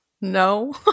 No